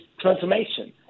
transformation